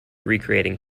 recreating